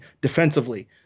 defensively